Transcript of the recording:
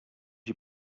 you